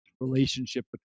relationship